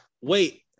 wait